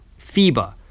FIBA